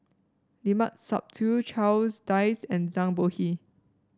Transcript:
Limat Sabtu Charles Dyce and Zhang Bohe